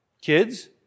Kids